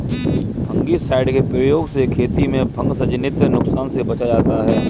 fungicide के प्रयोग से खेती में फँगसजनित नुकसान से बचा जाता है